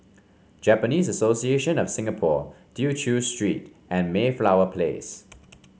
Japanese Association of Singapore Tew Chew Street and Mayflower Place